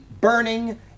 burning